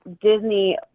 Disney